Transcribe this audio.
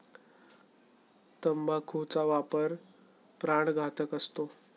तंबाखूचा वापर प्राणघातक असतो